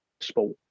sport